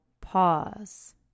Pause